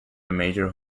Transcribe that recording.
major